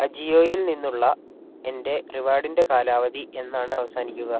അജിയോയിൽ നിന്നുള്ള എൻ്റെ റിവാർഡിൻ്റെ കാലാവധി എന്നാണ് അവസാനിക്കുക